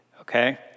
Okay